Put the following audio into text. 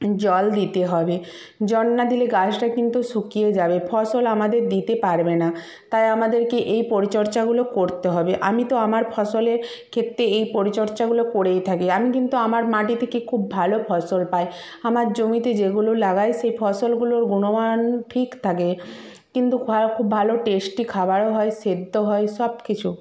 জল দিতে হবে জল না দিলে গাছটা কিন্তু শুকিয়ে যাবে ফসল আমাদের দিতে পারবে না তাই আমাদেরকে এই পরিচর্চাগুলো করতে হবে আমি তো আমার ফসলের ক্ষেত্রে এই পরিচর্চাগুলো করেই থাকি আমি কিন্তু আমার মাটি থেকে খুব ভালো ফসল পাই আমার জমিতে যেগুলো লাগাই সে ফসলগুলোর গুণমান ঠিক থাকে কিন্তু ভালো খুব ভালো টেস্টি খাবারও হয় সেদ্ধ হয় সব কিছু